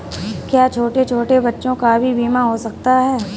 क्या छोटे छोटे बच्चों का भी बीमा हो सकता है?